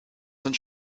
sind